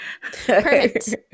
Perfect